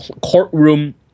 courtroom